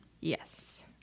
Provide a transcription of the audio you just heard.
Yes